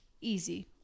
Easy